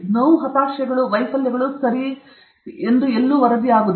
ನೋವು ಹತಾಶೆಗಳು ಮತ್ತು ವೈಫಲ್ಯಗಳು ಸರಿ ಎಂದು ವರದಿಯಾಗಿಲ್ಲ